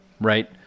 right